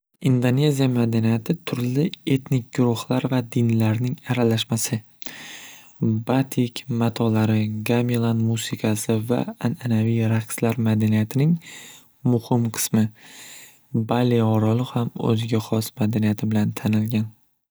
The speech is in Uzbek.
Indoneziya madaniyati turli etnik guruxlar va dinlarning aralashmasi batik matolari gamelan musiqasi va an'anaviy raqslar madaniyatining muhim qismi balli oroli ham o'ziga hos madaniyati bilan tanilgan.